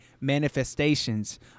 manifestations